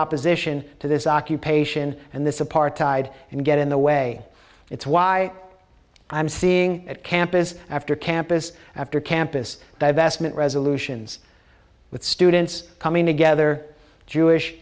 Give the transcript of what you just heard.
opposition to this occupation and this apartheid and get in the way it's why i'm seeing at campus after campus after campus divestment resolutions with students coming together jewish